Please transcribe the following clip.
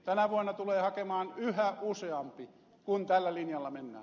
tänä vuonna tulee hakemaan yhä useampi kun tällä linjalla mennään